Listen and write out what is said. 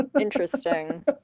interesting